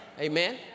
Amen